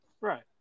Right